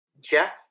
Jeff